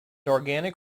organic